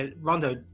Rondo